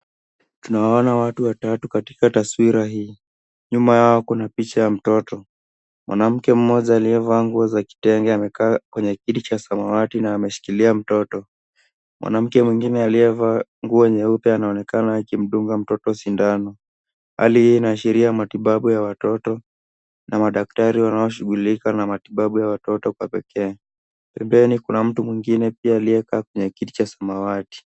Tunaona watu watatu katika taswira hii. Nyuma yao kuna picha ya mtoto. Mwanamke mmoja aliyevaa nguo za kitenge amekaa kwenye kiti cha samawati na ameshikilia mtoto. Mwanamke mwingine aliyevaa nguo nyeupe anaonekana akimdunga mtoto sindano. Hali hii inaashiria matibabu ya watoto na madaktari wanaoshughulika na matibabu ya watoto kwa pekee. Pembeni kuna mtu mwingine pia aliyekaa kwenye kiti cha samawati.